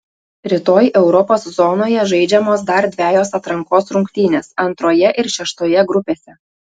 rytoj europos zonoje žaidžiamos dar dvejos atrankos rungtynės antroje ir šeštoje grupėse